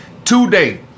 Today